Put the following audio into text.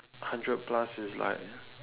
hundred plus is like